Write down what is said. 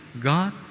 God